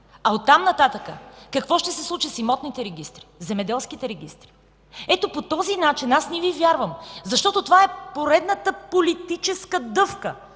а от там нататък какво ще се случи с имотните регистри, със земеделските регистри...?! Ето, по този начин – аз не Ви вярвам, защото това е поредната политическа дъвка,